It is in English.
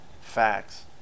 Facts